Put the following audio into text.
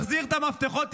תחזיר את המפתחות,